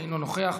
אינו נוכח,